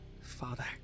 Father